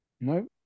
No